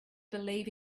believe